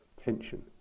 tension